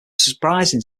surprising